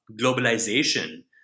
globalization